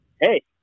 Hey